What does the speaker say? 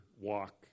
walk